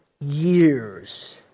years